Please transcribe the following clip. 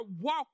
walk